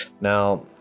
Now